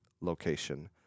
location